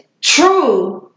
true